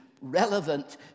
relevant